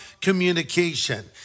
communication